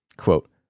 Quote